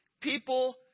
people